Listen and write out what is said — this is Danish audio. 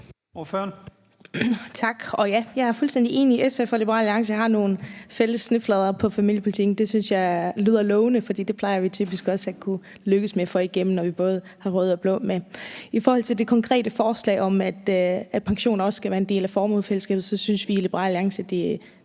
(LA): Tak. Jeg er fuldstændig enig; SF og Liberal Alliance har nogle fælles snitflader på familiepolitikområdet. Det synes jeg lyder lovende, for vi plejer typisk også at kunne lykkes med at få ting igennem, når vi både har rød og blå med. I forhold til det konkrete forslag om, at pension også skal være en del af formuefællesskabet, synes vi i Liberal Alliance,